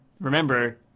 Remember